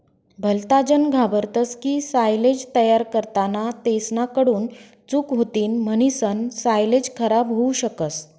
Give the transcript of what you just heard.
भलताजन घाबरतस की सायलेज तयार करताना तेसना कडून चूक होतीन म्हणीसन सायलेज खराब होवू शकस